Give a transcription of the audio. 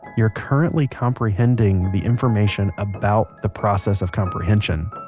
you're currently comprehending the information about the process of comprehension,